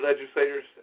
legislators